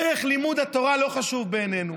ערך לימוד התורה לא חשוב בעינינו.